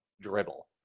dribble